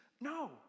no